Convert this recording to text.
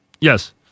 Yes